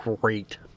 great